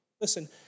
listen